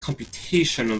computational